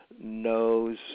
knows